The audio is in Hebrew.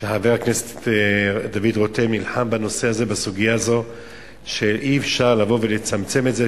חבר הכנסת דוד רותם הנחה בסוגיה הזו שאי-אפשר לבוא ולצמצם את זה,